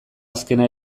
azkena